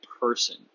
person